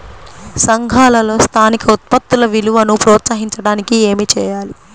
సంఘాలలో స్థానిక ఉత్పత్తుల విలువను ప్రోత్సహించడానికి ఏమి చేయాలి?